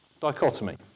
dichotomy